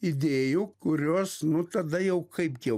idėjų kurios nu tada jau kaip jau